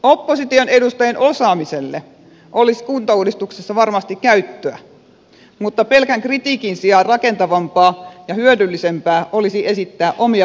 opposition edustajien osaamiselle olisi kuntauudistuksessa varmasti käyttöä mutta pelkän kritiikin sijaan rakentavampaa ja hyödyllisempää olisi esittää omia vaihtoehtoja